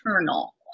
eternal